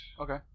Okay